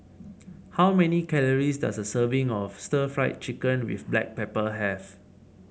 how many calories does a serving of Stir Fried Chicken with Black Pepper have